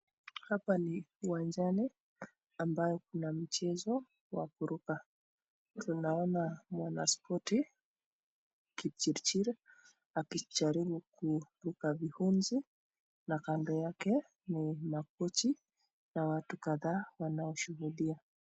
Hapa ni uwanjani ambayo kuna mchezo wa kuruka. Tunaona mwanaspoti Kipchirchir akijaribu kuruka vihunzi na kando yake ni makocha na watu kadhaa wanaoshuhudia.